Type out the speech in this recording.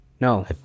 No